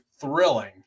thrilling